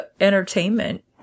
entertainment